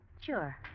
Sure